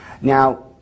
Now